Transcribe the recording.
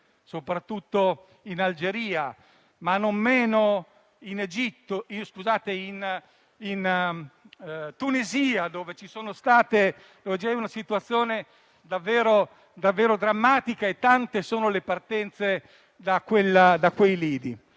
soprattutto in Algeria, ma non meno in Tunisia, dove c'è una situazione davvero drammatica e tante sono le partenze da quei lidi.